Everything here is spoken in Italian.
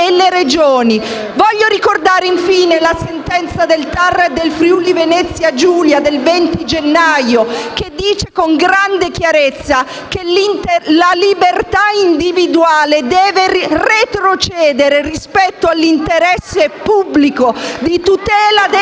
Voglio ricordare infine la sentenza del TAR del Friuli-Venezia Giulia del 20 gennaio, che dice con grande chiarezza che la libertà individuale deve retrocedere rispetto all'interesse pubblico di tutela della